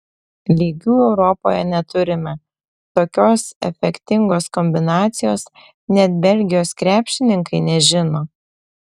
lygių europoje neturime tokios efektingos kombinacijos net belgijos krepšininkai nežino